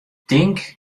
tink